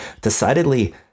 decidedly